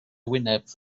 wyneb